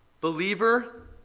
believer